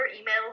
email